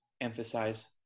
emphasize